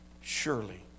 surely